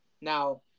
Now